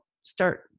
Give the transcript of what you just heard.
start